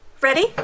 Ready